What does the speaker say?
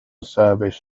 service